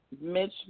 Mitch